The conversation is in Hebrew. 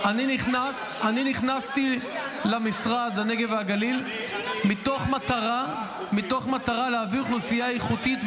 אני נכנסתי למשרד הנגב והגליל מתוך מטרה להביא אוכלוסייה איכותית,